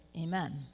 amen